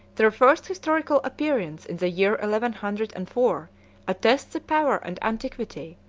their first historical appearance in the year eleven hundred and four attests the power and antiquity,